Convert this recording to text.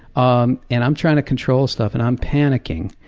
um and i'm trying to control stuff, and i'm panicking,